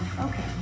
Okay